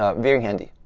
ah very handy.